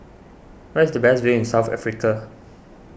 where is the best view in South Africa